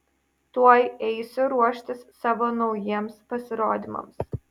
tuoj eisiu ruoštis savo naujiems pasirodymams